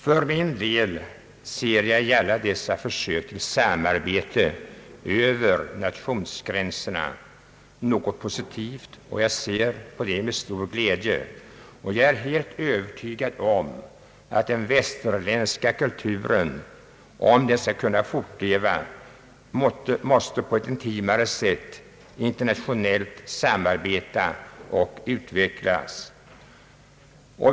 För min del ser jag i alla dessa försök till samarbete över nationsgränserna något positivt, och jag ser på det med stor glädje. Jag är helt övertygad om att den västerländska kulturen, om den skall kunna fortleva, måste på ett intimare sätt internationellt samarbeta och utvecklas.